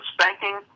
spanking